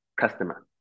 customer